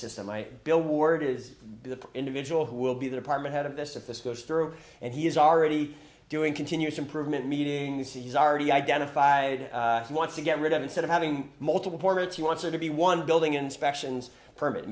system by bill ward is the individual who will be the department head of this if this goes through and he is already doing continuous improvement meetings he's already identified he wants to get rid of instead of having multiple portraits he wants it to be one building inspections